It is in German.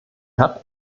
hat